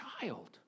child